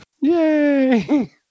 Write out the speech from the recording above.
Yay